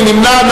מי נמנע?